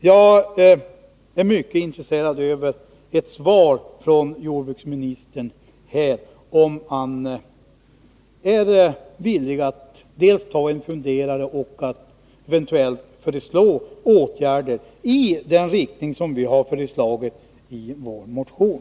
Jag är mycket intresserad av ett besked från jordbruksministern om huruvida han är villig att ta sig en funderare och eventuellt föreslå åtgärder i den riktning som vi har föreslagit i vår motion.